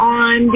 on